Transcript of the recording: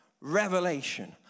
revelation